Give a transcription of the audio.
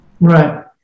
Right